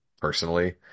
personally